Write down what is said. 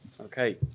Okay